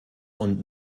und